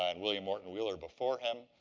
and william morton wheeler before him.